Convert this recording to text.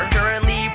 Currently